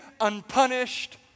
unpunished